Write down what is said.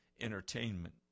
entertainment